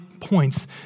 points